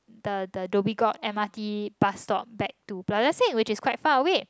the the Dhoby-Ghaut m_r_t bus stop back to Plaza Sing which is quite far away